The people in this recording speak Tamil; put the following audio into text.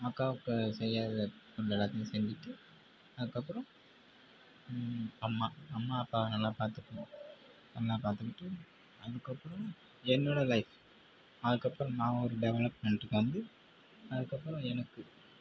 அக்காவுக்கு செய்கிறத எல்லாத்தேயும் செஞ்சுட்டு அதுக்கப்புறம் அம்மா அம்மா அப்பாங்கலாம் நல்லா பார்த்துக்கணும் நல்லா பார்த்துக்கிட்டு அதுக்கப்புறம் என்னோடய லைஃப் அதுக்கப்புறம் நான் ஒரு டெவலப்மெண்ட்டுக்கு வந்து அதுக்கப்புறம் எனக்கு